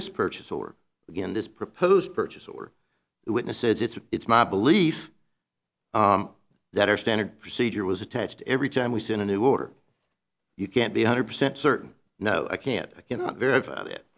this purchase or again this proposed purchase or witnesses it's it's my belief that our standard procedure was attached every time we see in a new order you can't be a hundred percent certain no i can't i cannot verify